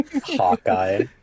Hawkeye